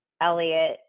Elliot